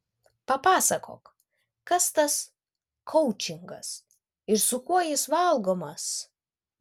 papasakok kas tas koučingas ir su kuo jis valgomas